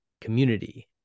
community